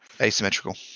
asymmetrical